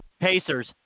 Pacers